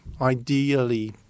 ideally